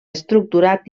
estructurat